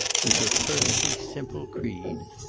was her perfectly simple creed.